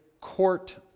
court